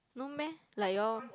no meh like you all